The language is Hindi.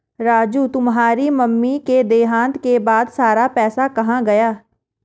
राजू तुम्हारे मम्मी के देहांत के बाद सारा पैसा कहां गया?